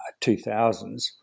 2000s